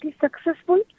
successful